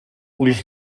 ulls